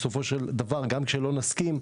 גם כשלא נסכים,